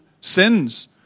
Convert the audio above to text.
sins